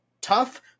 tough